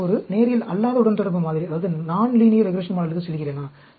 நான் ஒரு நேரியல் அல்லாத உடன்தொடர்பு மாதிரிக்குச் செல்கிறேனா